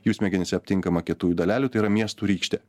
jų smegenyse aptinkama kietųjų dalelių tai yra miestų rykštė